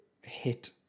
hit